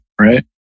right